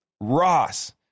Ross